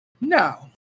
No